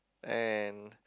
when